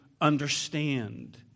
understand